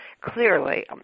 clearly